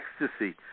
ecstasy